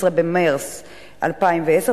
16 במרס 2010,